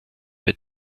bei